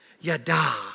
yada